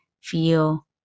feel